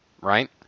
right